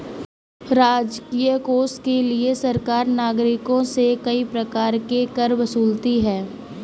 राजकीय कोष के लिए सरकार नागरिकों से कई प्रकार के कर वसूलती है